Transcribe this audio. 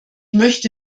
möchte